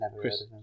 Chris